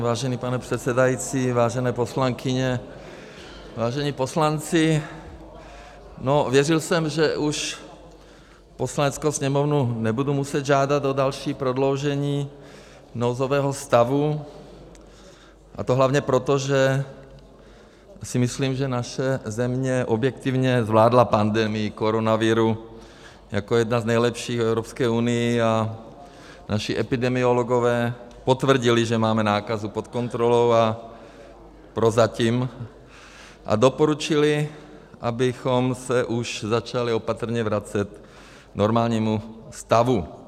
Vážený pane předsedající, vážené poslankyně, vážení poslanci, věřil jsem, že už Poslaneckou sněmovnu nebudu muset žádat o další prodloužení nouzového stavu, a to hlavně proto, že si myslím, že naše země objektivně zvládla pandemii koronaviru jako jedna z nejlepších v EU a naši epidemiologové potvrdili, že máme nákazu pod kontrolou prozatím, a doporučili, abychom se už začali opatrně vracet k normálnímu stavu.